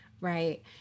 right